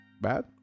bad